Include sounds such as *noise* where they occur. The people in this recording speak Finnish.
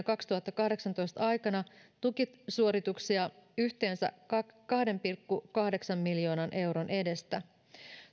*unintelligible* kaksituhattakahdeksantoista aikana tukisuorituksia yhteensä kahden pilkku kahdeksan miljoonan euron edestä